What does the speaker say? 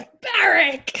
Barrack